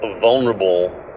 vulnerable